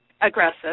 aggressive